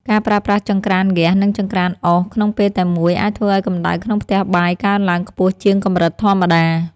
ការប្រើប្រាស់ចង្ក្រានហ្គាស និងចង្ក្រានអុសក្នុងពេលតែមួយអាចធ្វើឱ្យកម្តៅក្នុងផ្ទះបាយកើនឡើងខ្ពស់ជាងកម្រិតធម្មតា។